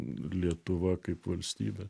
lietuva kaip valstybė